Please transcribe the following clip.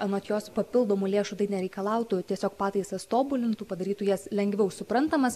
anot jos papildomų lėšų tai nereikalautų tiesiog pataisas tobulintų padarytų jas lengviau suprantamas